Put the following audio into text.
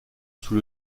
sous